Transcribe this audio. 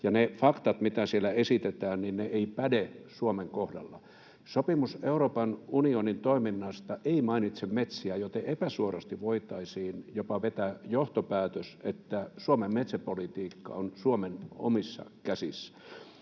ja ne faktat, mitä siellä esitetään, eivät päde Suomen kohdalla. Sopimus Euroopan unionin toiminnasta ei mainitse metsiä, joten epäsuorasti voitaisiin jopa vetää johtopäätös, että Suomen metsäpolitiikka on Suomen omissa käsissä.